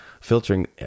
filtering